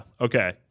Okay